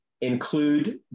include